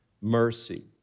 mercy